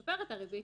לשפר את הריבית,